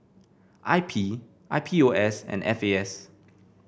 I P I P O S and F A S